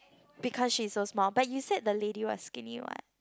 because she is so small but you said the lady was skinny what